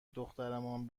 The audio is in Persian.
دخترمان